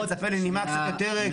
הייתי מצפה לנימה קצת יותר,